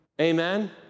Amen